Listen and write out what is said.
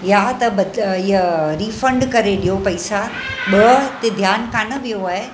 या त बद इहा रिफंड करे ॾियो पैसा ॿ ते ध्यानु कोनि वियो आहे